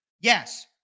yes